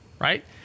Right